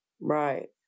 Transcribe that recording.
Right